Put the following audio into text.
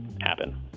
happen